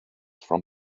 from